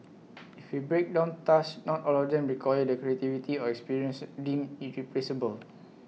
if we break down tasks not all of them require the creativity or experience deemed irreplaceable